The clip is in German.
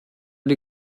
die